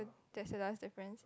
that's the last difference